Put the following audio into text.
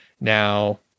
Now